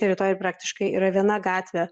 teritorijoj praktiškai yra viena gatvė